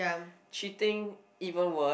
cheating even worse